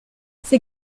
ces